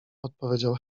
odpowiedział